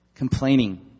Complaining